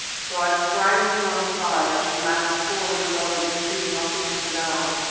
so i sprang to one side, and she landed full on indaba-zimbi, knocking him down.